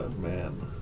Man